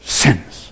sins